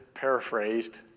Paraphrased